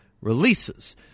releases